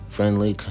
Friendly